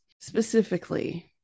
specifically